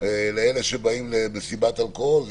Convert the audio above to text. לאלה שבאים למסיבת אלכוהול.